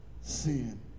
sin